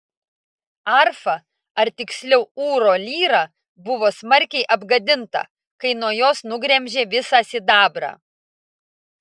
arfa ar tiksliau ūro lyra buvo smarkiai apgadinta kai nuo jos nugremžė visą sidabrą